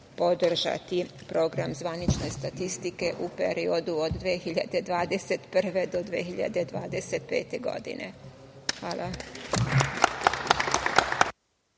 Program zvanične statistike u periodu od 2021. do 2025. godine. Hvala.